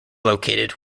located